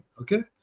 okay